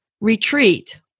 retreat